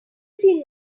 seen